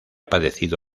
padecido